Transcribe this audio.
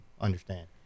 understand